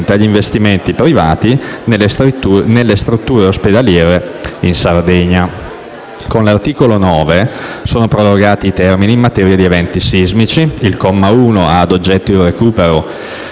agli investimenti privati nelle strutture ospedaliere in Sardegna. Con l'articolo 9 sono prorogati i termini in materia di eventi sismici. Il comma 1 ha ad oggetto il recupero